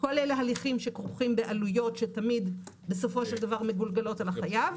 כל אלה הליכים שכרוכים בעלויות שתמיד בסופו של דבר מגולגלות על החייב.